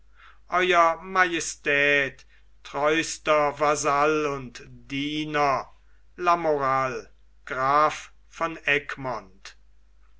ew majestät treuster vasall und diener lamoral graf von egmont